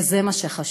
וזה מה שחשוב.